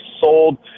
sold